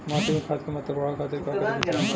माटी में खाद क मात्रा बढ़ावे खातिर का करे के चाहीं?